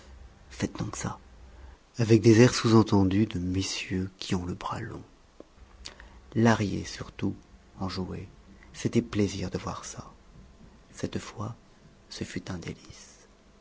faites donc ça avec des airs sous-entendus de messieurs qui ont le bras long lahrier surtout en jouait c'était plaisir de voir ça cette fois ce fut un délice